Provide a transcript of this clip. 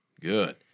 Good